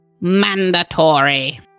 mandatory